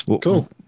Cool